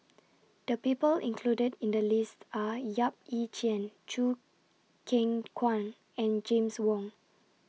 The People included in The list Are Yap Ee Chian Choo Keng Kwang and James Wong